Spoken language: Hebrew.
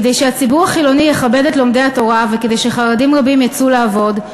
כדי שהציבור החילוני יכבד את לומדי התורה וכדי שחרדים רבים יצאו לעבוד,